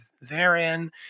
therein